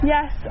Yes